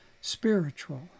Spiritual